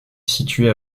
située